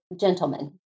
gentlemen